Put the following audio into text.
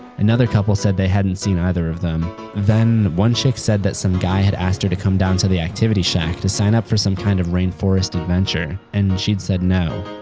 another couple said they hadn't seen either of them. and then one chick said that some guy had asked her to come down to the activity shack to sign up for some kind of rainforest adventure and she'd said no.